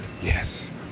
Yes